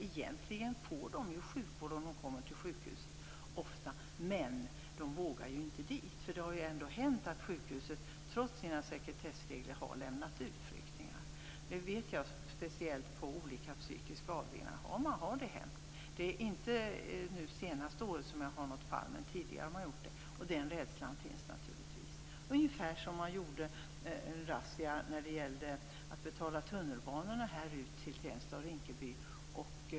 Egentligen får de ofta sjukvård om de kommer till sjukhuset, men de vågar inte ta sig dit. Det har ändå hänt att sjukhuset trots sina sekretessregler har lämnat ut flyktingar. Jag vet att speciellt på olika psykiska avdelningar har det hänt. Jag känner inte till något fall från det senaste året, men tidigare har man gjort det. Den rädslan finns naturligtvis. Det är ungefär som när man gjorde en razzia när det gällde att betala för tunnelbanan till Tensta och Rinkeby.